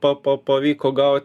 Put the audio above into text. pa pa pavyko gaut